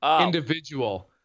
individual